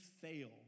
fail